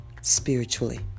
spiritually